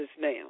now